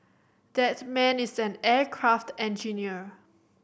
that man is an aircraft engineer